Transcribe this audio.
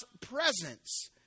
presence